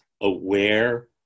aware